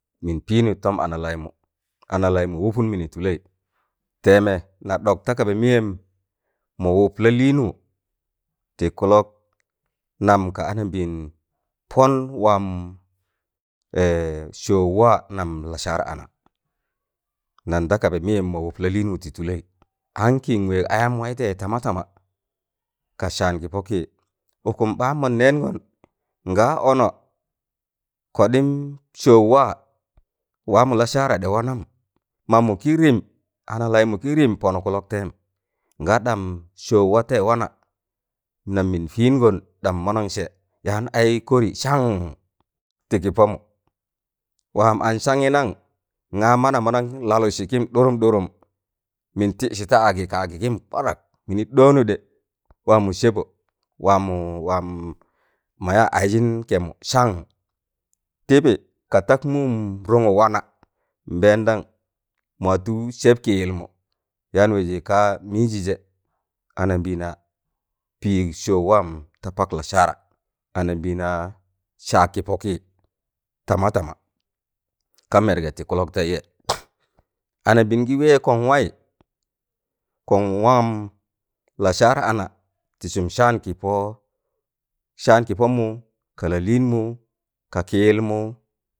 Mịn pịịnụ tọm ana laịmụ, analaịmụ wụpụn mịnị tụlaị tẹẹme na ɗọk ta kaba mịyẹm mọ wụp lalịịwụ tị kịlọk nam ka anambịịn pọn waam sọọụ waa nam lasaar ana, nan da kaba mịyẹm mọ wụp lalịịnwụ tị tụlẹị ankị n wẹẹg ayam waịtẹịyẹ tama tama ka saan kị pọkịị. Ukụm ɓaan mọn nẹẹngọn ngaa ọnọ kọɗịm sọọụ wa waamọ lasara ɗe wanam mamụ kị rịm analaịmu kị rịm pọnụk kịlọktẹị ngaa ɗam sọọụ watẹịyẹ wana nam mịn pịịn gọn ɗam mọnọn sẹ yaan aị kori saan tịkị pọmụ wam an sạangi nang? Ngaa mana monon lalujji kim ɗurum ɗurum min ti̱ịdsi ta agi ka agi num kwadak mini ɗọọnụdẹ waamọ sẹbọ wamọ waam mọya aịjịn kẹmụ sann tịbị katak mụụm rụngụ wana ambẹẹndan mọwatụ sẹb kịyịlmụ yaan wẹẹjị kaa wịjịjẹ anambịịna pịịg sọọụ waam tapak lasara anambịịnaa saag kịpọkị tama tama ka mẹrgẹ tị kụlọgtẹịjẹ anambịịna gị wẹẹ kọn waị kọn wam lasara ana ti sum saan kịpọ saan kịpọ mụ ka lalịịnmụ ka ki yilmu